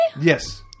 Yes